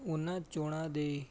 ਉਹਨਾਂ ਚੋਣਾਂ ਦੇ